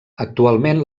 actualment